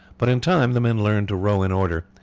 but in time the men learned to row in order,